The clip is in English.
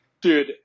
Dude